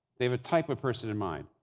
they have a type of person in mind.